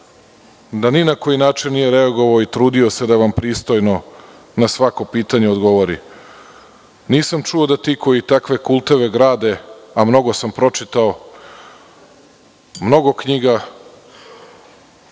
da ni na koji način nije reagovao i trudio se da vam pristojno na svako pitanje odgovori. Nisam čuo da ti koji takve kultove grade, a mnogo sam pročitao, mnogo knjiga,